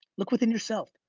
look within yourself.